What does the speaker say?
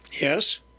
Yes